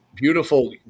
beautiful